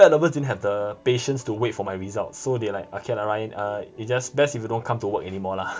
Pet Lovers didn't have the patience to wait for my result so they like okay nevermind uh you just best if you don't come to work anymore lah